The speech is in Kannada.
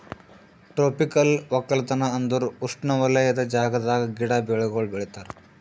ಟ್ರೋಪಿಕಲ್ ಒಕ್ಕಲತನ ಅಂದುರ್ ಉಷ್ಣವಲಯದ ಜಾಗದಾಗ್ ಗಿಡ, ಬೆಳಿಗೊಳ್ ಬೆಳಿತಾರ್